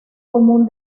común